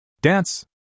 Dance